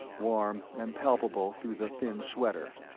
warm and palpable through the thin sweater,